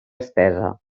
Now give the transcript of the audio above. estesa